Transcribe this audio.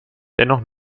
dennoch